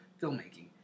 filmmaking